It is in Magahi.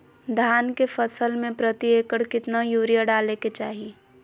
धान के फसल में प्रति एकड़ कितना यूरिया डाले के चाहि?